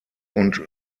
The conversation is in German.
und